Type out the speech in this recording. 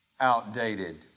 outdated